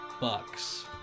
Bucks